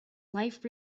life